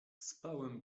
spałem